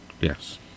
Yes